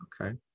Okay